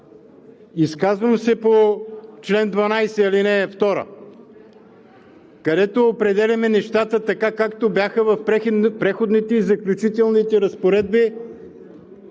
Изказвам се по чл. 12, ал. 2, където определяме нещата, както бяха в Преходните и заключителните разпоредби